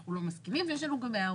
שאנחנו לא מסכימים ויש לנו גם הערות.